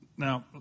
Now